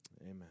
amen